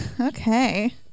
Okay